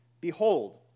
behold